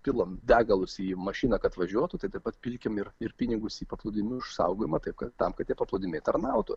pilom degalus į mašiną kad važiuotų taip pat pilkim ir pinigus į paplūdimių išsaugojimą taip kad tam kad paplūdimiai tarnautų